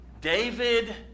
David